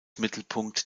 mittelpunkt